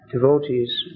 devotees